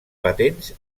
patents